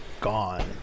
gone